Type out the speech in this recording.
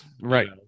right